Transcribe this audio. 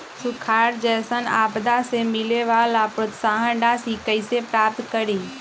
सुखार जैसन आपदा से मिले वाला प्रोत्साहन राशि कईसे प्राप्त करी?